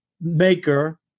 maker